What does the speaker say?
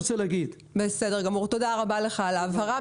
תודה רבה לך על ההבהרה.